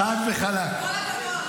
חד וחלק, חד וחלק.